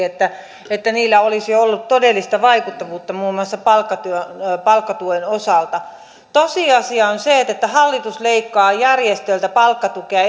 että että sillä olisi ollut todellista vaikuttavuutta muun muassa palkkatuen osalta tosiasia on se että hallitus leikkaa järjestöiltä palkkatukea